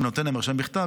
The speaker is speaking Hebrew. נותן המרשם בכתב,